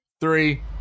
three